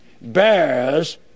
bears